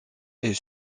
est